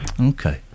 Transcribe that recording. Okay